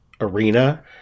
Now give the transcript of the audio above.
arena